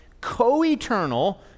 co-eternal